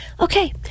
Okay